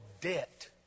debt